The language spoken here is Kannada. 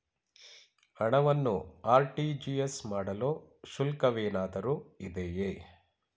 ಹಣವನ್ನು ಆರ್.ಟಿ.ಜಿ.ಎಸ್ ಮಾಡಲು ಶುಲ್ಕವೇನಾದರೂ ಇದೆಯೇ?